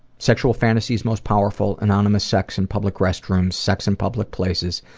sexual fantasies most powerful, anonymous sex in public restrooms, sex in public places,